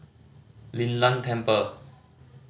Lin Tan Temple